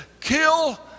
kill